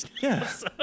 Yes